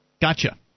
Gotcha